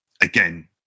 again